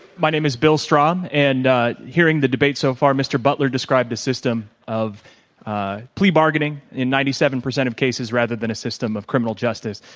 my name is bill strom. and hearing the debate so far, mr. butler described a system of plea bargaining in ninety seven percent of cases rather than a system of criminal justice.